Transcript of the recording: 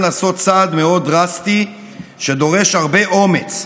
לעשות צעד מאוד דרסטי שדורש הרבה אומץ,